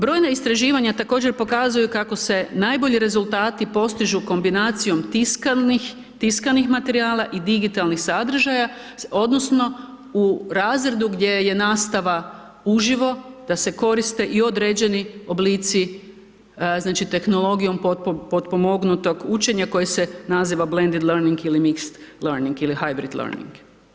Brojna istraživanja također pokazuju kako se najbolji rezultati postižu kombinacijom tiskanih materijala i digitalnih sadržaja, odnosno u razredu gdje je nastava uživo, da se koriste i određeni oblici, znači tehnologijom potpomognutog učenja koje se naziva blendeed learning ili mix learning ili high bride learning.